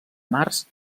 mars